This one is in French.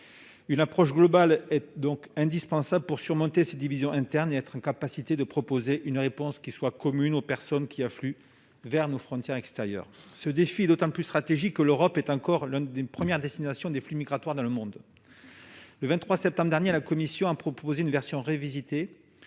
Une approche globale est donc indispensable pour surmonter nos divisions internes et être en mesure de proposer une réponse commune aux personnes qui affluent vers nos frontières extérieures. Ce défi est d'autant plus stratégique que l'Europe est encore l'une des premières destinations des flux migratoires dans le monde. Le 23 septembre dernier, la Commission a proposé une version revisitée